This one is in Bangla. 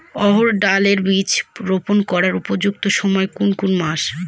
অড়হড় ডাল এর বীজ রোপন করার উপযুক্ত সময় কোন কোন মাস?